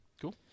cool